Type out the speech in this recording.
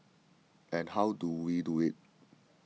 and how do we do it